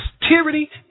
tyranny